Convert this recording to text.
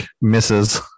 misses